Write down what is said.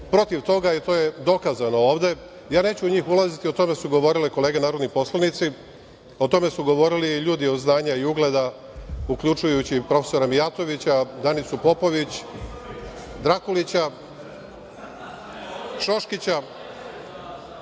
protiv toga i to je dokazano ovde i ja neću u njih ulaziti i o tome su govorile moje kolege narodni poslanici, o tome su govorili ljudi od znanja i ugleda, uključujući i profesora Mijatovića, Danicu Popović, Drakulića, Šoškića. Šta